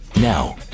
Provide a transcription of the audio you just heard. Now